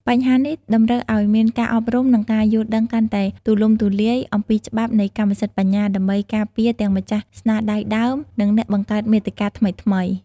បញ្ហានេះតម្រូវឲ្យមានការអប់រំ និងការយល់ដឹងកាន់តែទូលំទូលាយអំពីច្បាប់នៃកម្មសិទ្ធិបញ្ញា ដើម្បីការពារទាំងម្ចាស់ស្នាដៃដើម និងអ្នកបង្កើតមាតិកាថ្មីៗ។